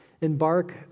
embark